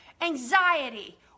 anxiety